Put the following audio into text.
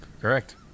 Correct